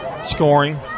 Scoring